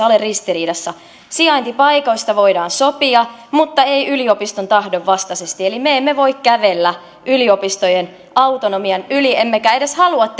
ole ristiriidassa sijaintipaikoista voidaan sopia mutta ei yliopiston tahdon vastaisesti eli me emme voi kävellä yliopistojen autonomian yli emmekä edes halua